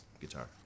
guitar